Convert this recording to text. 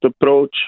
approach